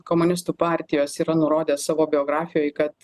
komunistų partijos yra nurodęs savo biografijoj kad